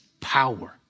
power